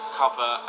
cover